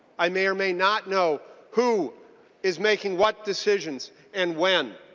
i may or may not know who is making what decisions and when.